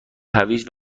هویج